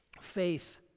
faith